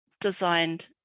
designed